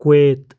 Kuwait